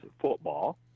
football